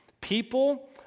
people